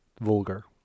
vulgar